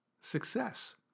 success